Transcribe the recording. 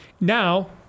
Now